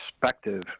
perspective